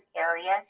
areas